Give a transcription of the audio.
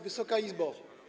Wysoka Izbo!